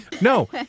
no